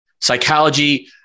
psychology